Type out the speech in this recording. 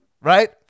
Right